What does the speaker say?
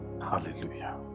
hallelujah